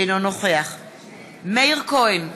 אינו נוכח מאיר כהן,